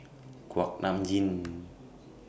Kuak Nam Jin